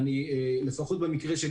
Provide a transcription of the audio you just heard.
לפחות במקרה שלי,